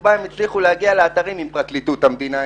סיבה הם הצליחו להגיע לאתרים עם פרקליטות המדינה,